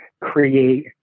create